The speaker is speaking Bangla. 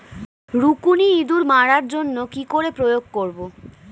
রুকুনি ইঁদুর মারার জন্য কি করে প্রয়োগ করব?